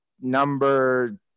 Number